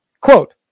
quote